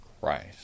Christ